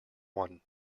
one